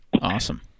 Awesome